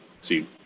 see